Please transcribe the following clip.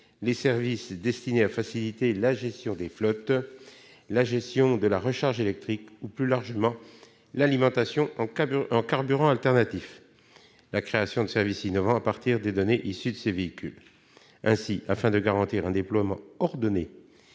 les services destinés à faciliter la gestion de flottes, la gestion de la recharge électrique ou, plus largement, de l'alimentation en carburants alternatifs, ainsi que la création de services innovants à partir de données issues des véhicules. Ainsi, afin de garantir un déploiement ordonné